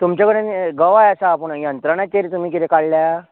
तुमचे कडेन गवाय आसा पूण यंत्रणाचेर तुमी कितें काडला